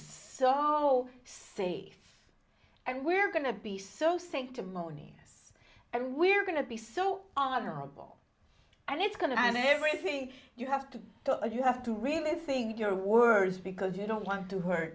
so see and we're going to be so sanctimonious and we're going to be so honorable and it's going to end everything you have to do and you have to really think your words because you don't want to hurt